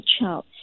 child